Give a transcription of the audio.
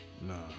Nah